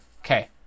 Okay